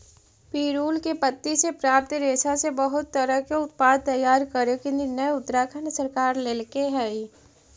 पिरुल के पत्ति से प्राप्त रेशा से बहुत तरह के उत्पाद तैयार करे के निर्णय उत्तराखण्ड सरकार लेल्के हई